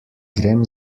grem